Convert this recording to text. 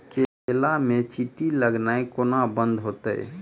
केला मे चींटी लगनाइ कोना बंद हेतइ?